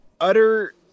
utter